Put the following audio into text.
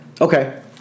Okay